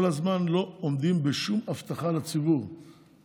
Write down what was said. כל הזמן לא עומדים בשום הבטחה לציבור,